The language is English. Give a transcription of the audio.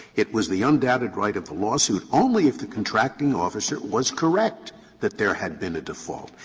it was the undoubted right of the lawsuit only if the contracting officer was correct that there had been a default.